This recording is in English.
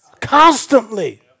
Constantly